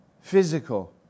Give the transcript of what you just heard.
physical